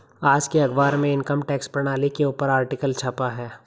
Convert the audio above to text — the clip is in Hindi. आज के अखबार में इनकम टैक्स प्रणाली के ऊपर आर्टिकल छपा है